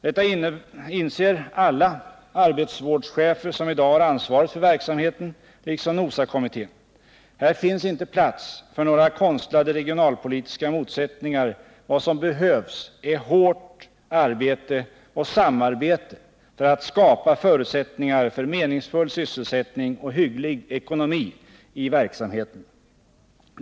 Detta inser alla arbetsvårdschefer, som i dag har ansvaret för verksamheten, liksom NOSA kommittén. Här finns inte plats för några konstlade regionalpolitiska motsättningar. Vad som behövs är hårt arbete och samarbete för att skapa förutsättningar för meningsfull sysselsättning och hygglig ekonomi i verksamheten.